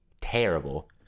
terrible